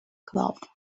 club